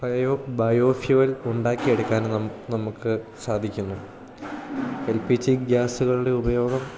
പഴയോ bio fuel ഉണ്ടാക്കിയെടുക്കാനും നമുക്ക് സാധിക്കുന്നു എൽ പി ജി ഗ്യാസുകളുടെ ഉപയോഗം